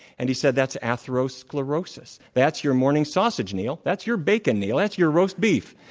and he said, that's atherosclerosis. that's your morning sausage, neal. that's your bacon, neal. that's your roast beef